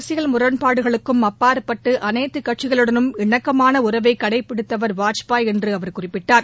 அரசியல் முரண்பாடுகளுக்கும் அப்பாற்பட்டு அனைத்து கட்சிகளுடலும் இணக்கமான உறவை கடைப்பிடித்தவர் வாஜ்பாய் என்று அவர் குறிப்பிட்டார்